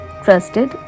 Trusted